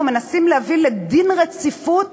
שאנחנו מנסים להביא להחלת דין רציפות